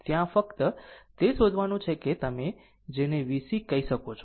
ત્યાં ફક્ત તે શોધવાનું છે કે તમે જેને VC કહી શકો છો